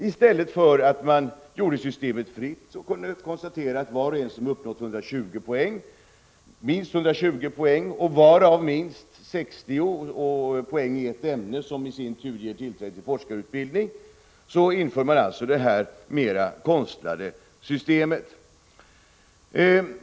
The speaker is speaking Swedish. I stället för att göra ett fritt system, innebärande att var och en som uppnått minst 120 poäng, varav minst 60 poäng i ett ämne som i sin tur ger tillfälle till forskarutbildning, får en examen, inför man detta mera konstlade system.